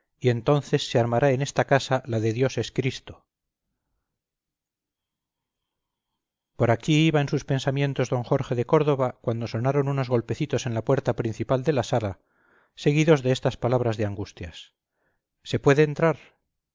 y entonces se armará en esta casa la de dios es cristo por aquí iba en sus pensamientos don jorge de córdoba cuando sonaron unos golpecitos en la puerta principal de la sala seguidos de estas palabras de angustias se puede entrar